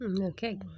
Okay